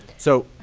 so,